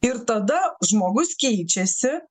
ir tada žmogus keičiasi